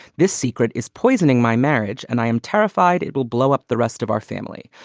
this secret is poisoning my marriage and i am terrified it will blow up the rest of our family.